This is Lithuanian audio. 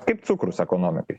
kaip cukrus ekonomikai